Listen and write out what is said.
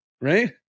right